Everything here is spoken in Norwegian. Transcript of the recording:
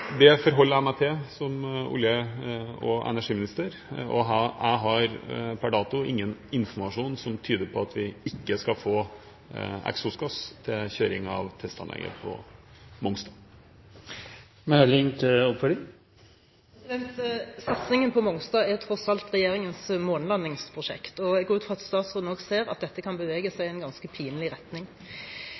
Det forholder jeg meg til som olje- og energiminister. Jeg har per dato ingen informasjon som tyder på at vi ikke skal få eksosgass til kjøring av testanlegget på Mongstad. Satsingen på Mongstad er tross alt regjeringens månelandingsprosjekt, og jeg går ut fra at statsråden nok ser at dette kan bevege seg i en ganske pinlig retning.